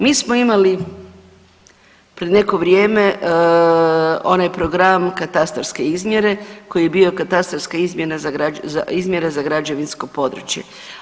Mi smo imali pred neko vrijeme onaj program katastarske izmjere koji je bio katastarska izmjera za građevinsko područje.